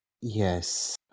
Yes